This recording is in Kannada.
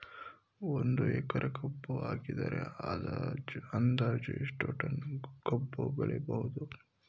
ಒಂದು ಎಕರೆ ಕಬ್ಬು ಹಾಕಿದರೆ ಅಂದಾಜು ಎಷ್ಟು ಟನ್ ಕಬ್ಬು ಬೆಳೆಯಬಹುದು?